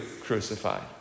crucified